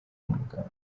muganga